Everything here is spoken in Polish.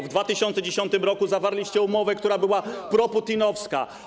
W 2010 r. zawarliście umowę, która była proputinowska.